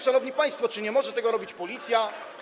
Szanowni państwo, czy nie może tego robić Policja?